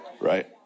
Right